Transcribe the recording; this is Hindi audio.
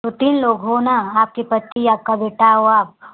तो तीन लोग हो ना आपके पति आपका बेटा और आप